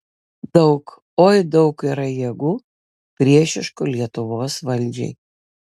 daug oi daug yra jėgų priešiškų lietuvos valdžiai